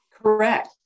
Correct